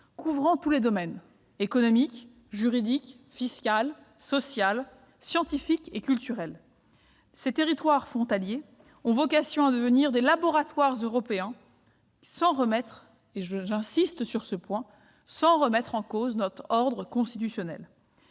couvrant tous les domaines- économique, juridique, fiscal, social, scientifique et culturel. Ces territoires frontaliers ont vocation à devenir des laboratoires européens sans remettre en cause notre ordre constitutionnel.